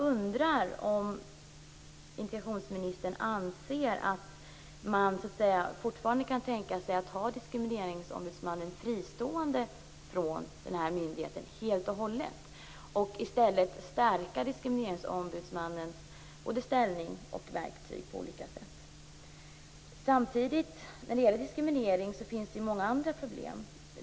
Anser integrationsministern att man fortfarande kan tänka sig att ha Diskrimineringsombudsmannen helt och hållet fristående från myndigheten och i stället stärka Diskrimineringsombudsmannens ställning på olika sätt och ge fler verktyg? När det gäller diskriminering finns det många andra problem.